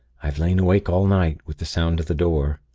i've lain awake all night, with the sound of the door.